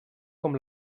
com